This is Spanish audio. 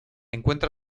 encuentra